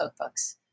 cookbooks